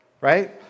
Right